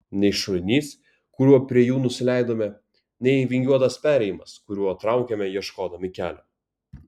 nei šulinys kuriuo prie jų nusileidome nei vingiuotas perėjimas kuriuo traukėme ieškodami kelio